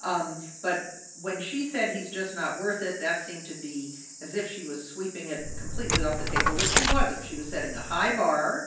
um but when she said he's just not worth it, that seemed to be as if she was sweeping it completely off the table, which she wasn't. she was setting a high bar.